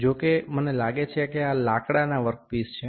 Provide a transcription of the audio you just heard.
જો કે મને લાગે છે કે આ લાકડાના વર્ક પીસ છે